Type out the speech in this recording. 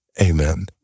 Amen